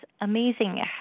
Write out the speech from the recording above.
amazing